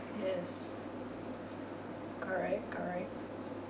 yes correct correct